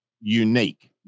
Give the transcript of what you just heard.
unique